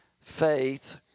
faith